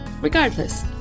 regardless